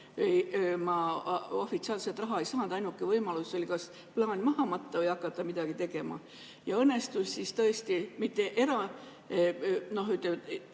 ofitsiaalset raha ei saanud, ainuke võimalus oli kas plaan maha matta või hakata midagi tegema. Siis õnnestus mul tõesti, mitte küll